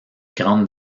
grandes